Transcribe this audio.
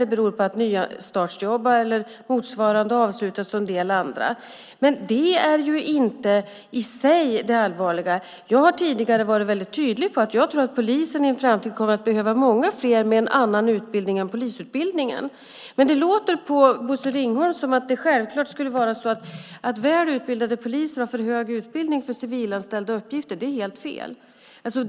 Det beror på att nystartsjobb eller motsvarande har avslutats. Det är ju inte det allvarliga. Jag har tidigare varit väldigt tydlig med att jag tror att polisen i en framtid kommer att behöva många fler med en annan utbildning än polisutbildningen. Det låter på Bosse Ringholm som om det självklart skulle vara så att väl utbildade poliser har för hög utbildning för civilanställda uppgifter. Det är helt fel.